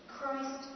Christ